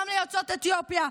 גם ליוצאות אתיופיה,